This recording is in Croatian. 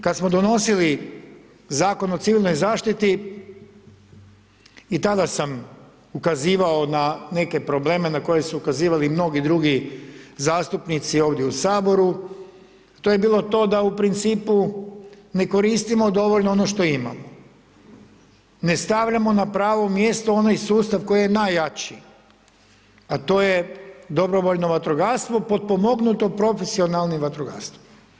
Kad smo donosili Zakon o civilnoj zaštiti i tada sam ukazivao na neke probleme na koje su ukazivali mnogi drugi zastupnici ovdje u Saboru, to je bilo to da u principu ne koristimo dovoljno ono što imamo, ne stavljamo na pravo mjesto onaj sustav koji je najjači, a to je dobrovoljno vatrogastvo potpomognuto profesionalnim vatrogastvom.